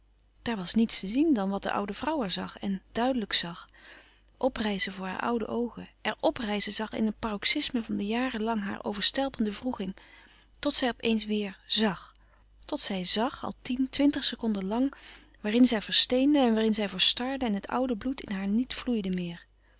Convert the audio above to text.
daar was niets te zien dan wat de oude vrouw er zag en duidelijk zag oprijzen voor hare oude oogen er oprijzen zag in een paroxysme van de jaren lang haar overstelpende wroeging tot zij op eens weêr zag tot zij zàg al tien twintig seconden lang waarin zij versteende en waarin zij verstarde en het oude bloed in haar niet vloeide meer